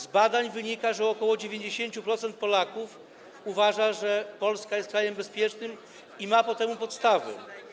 Z badań wynika, że ok. 90% Polaków uważa, że Polska jest krajem bezpiecznym, i ma po temu podstawy.